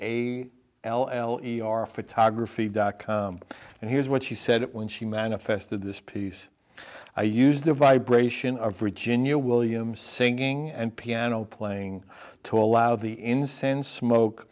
a l l e r photography dot com and here's what she said it when she manifested this piece i used the vibration of virginia williams singing and piano playing to allow the incense smoke